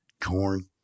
corn